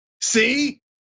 See